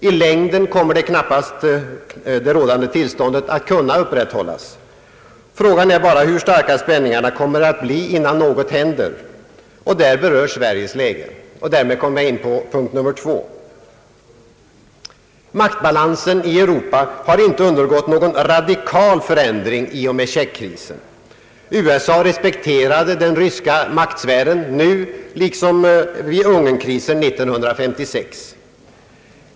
I längden kommer knappast det rådande tillståndet att kunna upprätthållas. Frågan är bara hur starka spänningarna kommer att bli innan något händer. I detta fall berörs Sveriges läge, och därmed kommer jag in på den andra punkten. Punkt 2. Maktbalansen i Europa har inte undergått någon radikal förändring i och med krisen i Tjeckoslovakien. USA respekterade den ryska maktsfären under denna kris liksom vid den ungerska krisen 1956.